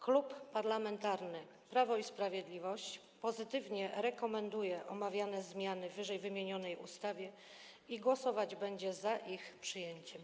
Klub Parlamentarny Prawo i Sprawiedliwość rekomenduje omawiane zmiany w ww. ustawie i głosować będzie za ich przyjęciem.